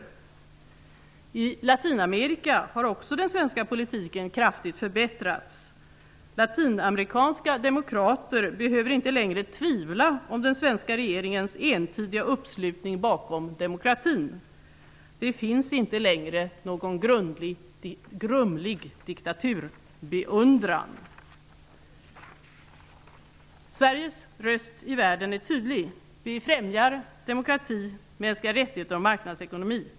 Den svenska politiken angående Latinamerika har också kraftigt förbättrats. Latinamerikanska demokrater behöver inte längre tvivla på den svenska regeringens entydiga uppslutning bakom demokratin. Det finns inte längre någon grumlig diktaturbeundran. Sveriges röst i världen är tydlig. Vi främjar demokrati, mänskliga rättigheter och marknadsekonomi.